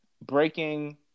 breaking